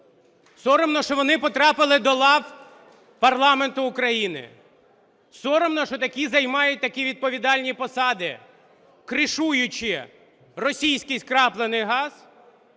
Соромно, що вони потрапили до лав парламенту України. Соромно, що такі займають такі відповідальні посади, "кришуючи" російський скраплений газ,